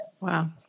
wow